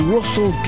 Russell